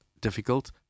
difficult